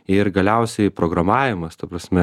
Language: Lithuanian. ir galiausiai programavimas ta prasme